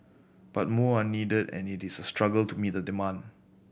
but more are needed and it is a struggle to meet demand